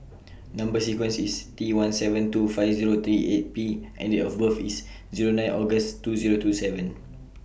Number sequence IS T one seven two five Zero three eight P and Date of birth IS Zero nine August two Zero two seven